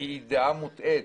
היא דעה מוטעית,